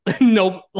no